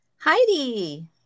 Heidi